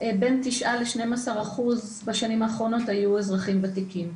בין 12%-9% בשנים האחרונות היו אזרחים וותיקים.